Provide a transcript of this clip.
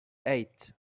eight